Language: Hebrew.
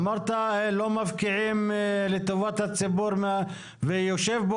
אמרת 'לא מפקיעים לטובת הציבור' ויושב פה